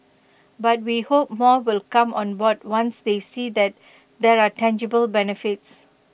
but we hope more will come on board once they see that there are tangible benefits